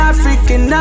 African